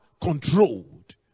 controlled